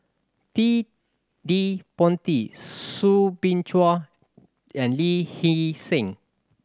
Ted De Ponti Soo Bin Chua and Lee Hee Seng